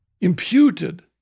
Imputed